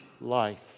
life